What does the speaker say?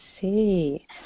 see